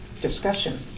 discussion